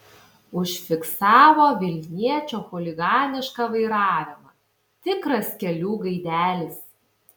užfiksavo vilniečio chuliganišką vairavimą tikras kelių gaidelis